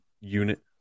unit